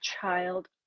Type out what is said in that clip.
child